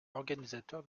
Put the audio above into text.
organisateur